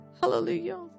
Hallelujah